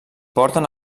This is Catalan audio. porten